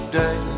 day